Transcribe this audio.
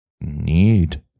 need